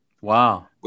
Wow